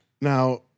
Now